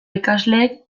ikasleek